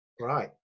Right